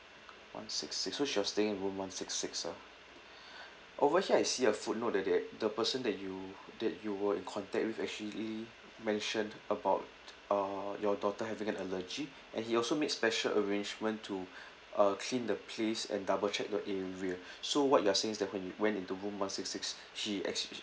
one six six so she was staying in room one six six ah over here I see the footnote that the the person that you that you were in contact with actually mentioned about uh your daughter having an allergy and he also made special arrangement to uh clean the place and double check the area so what you are saying is that when you went into room one six six she actually